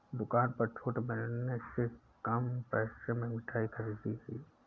दुकान पर छूट मिलने से कम पैसे में मिठाई खरीदी गई